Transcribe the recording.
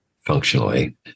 functionally